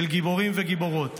של גיבורים וגיבורות,